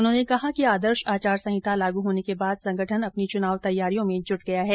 उन्होंने कहा कि आदर्श आचार संहिता लागू होने के बाद संगठन अपनी चुनाव तैयारियों में जुट गया है